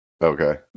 Okay